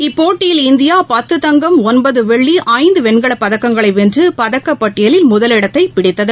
இப்போட்டயில் இந்தியாபத்து தங்கம் ஒன்பதுவெள்ளி ஐந்துவெண்கலப்பதக்கங்களைவென்றுபதக்கப்பட்டியலில் முதலிடத்தைபிடித்தது